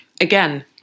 again